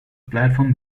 platform